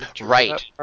Right